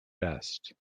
vest